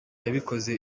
yabikoze